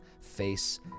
face